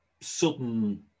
sudden